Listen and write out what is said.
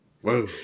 Whoa